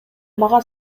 мага